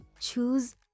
choose